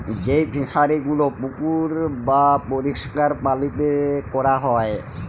যেই ফিশারি গুলো পুকুর বাপরিষ্কার পালিতে ক্যরা হ্যয়